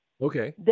Okay